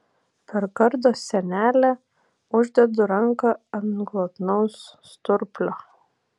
per gardo sienelę uždedu ranką ant glotnaus sturplio